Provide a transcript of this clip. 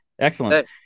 Excellent